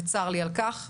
וצר לי על כך.